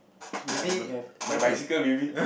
I don't have my bicycle maybe